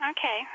Okay